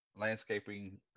landscaping